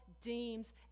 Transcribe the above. deems